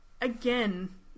again